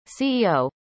CEO